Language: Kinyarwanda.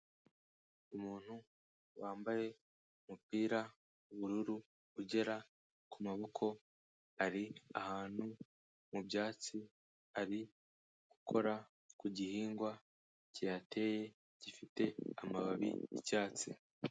Umuntu wambaye umupira w'ubururu ugera ku maboko, ari ahantu mu byatsi ari gukora ku gihingwa kihateye gifite amababi y'icyatsi.